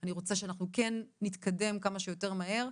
אני רוצה שאנחנו כן נתקדם כמה שיותר מהר,